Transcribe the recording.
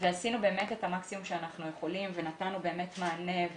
עשינו את המקסימום שאנחנו יכולים ונתנו מענה.